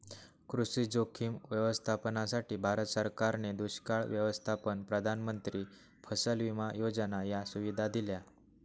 कृषी जोखीम व्यवस्थापनासाठी, भारत सरकारने दुष्काळ व्यवस्थापन, प्रधानमंत्री फसल विमा योजना या सुविधा दिल्या